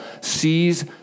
sees